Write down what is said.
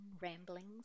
ramblings